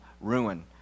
ruin